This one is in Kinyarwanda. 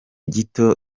gito